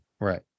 Right